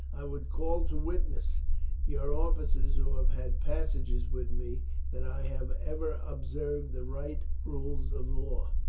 i would call to witness your officers who have had passages with me that i have ever observed the right rules of war.